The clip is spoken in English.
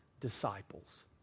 disciples